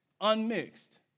unmixed